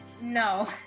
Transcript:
No